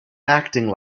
acting